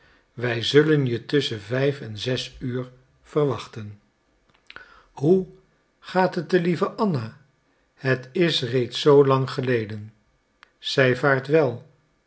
wij zullen je tusschen vijf en zes uur verwachten hoe gaat het de lieve anna het is reeds zoo lang geleden zij vaart wel